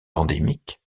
endémiques